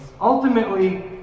Ultimately